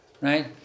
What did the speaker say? right